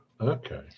Okay